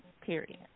period